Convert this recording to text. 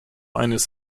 eines